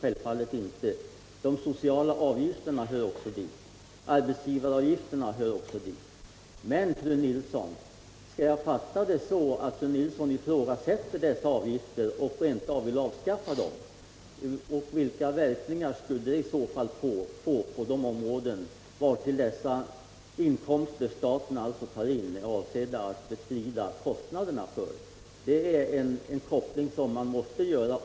Nej, de sociala avgifterna hör självfallet dit, och arbetsgivaravgifterna hör också dit. Skall jag fatta det så att fru Nilsson ifrågasätter dessa avgifter och rent av vill avskaffa dem? Vilka verkningar skulle det i så fall få på områden som inkomsterna från dessa avgifter är avsedda att bestrida kostnaderna för? Det är en koppling som man måste göra.